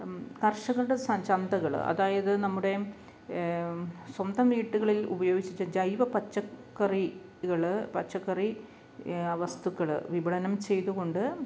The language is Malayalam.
കർഷകരുടെ സൻ ചന്തകൾ അതായത് നമ്മുടെ സ്വന്തം വീട്ടുകളിൽ ഉപയോഗിച്ചിട്ട് ജൈവ പച്ചക്കറികൾ പച്ചക്കറി വസ്തുക്കൾ വിപണനം ചെയ്തുകൊണ്ട്